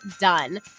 done